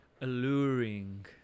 alluring